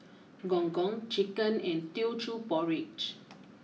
Gong Gong Chicken and Teochew Porridge